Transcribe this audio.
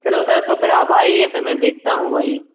चलो सर तो फिर आप आइए फिर मैं देखता हूँ वही